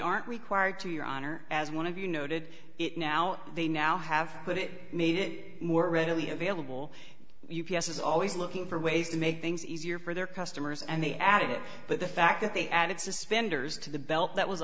aren't required to your honor as one of you noted it now they now have put it made it more readily available u p s is always looking for ways to make things easier for their customers and they added it but the fact that they added suspenders to the belt that was